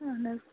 اَہَن حظ